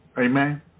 Amen